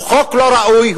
הוא חוק לא ראוי,